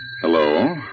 Hello